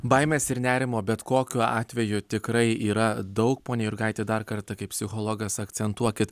baimės ir nerimo bet kokiu atveju tikrai yra daug pone jurgaiti dar kartą kaip psichologas akcentuokit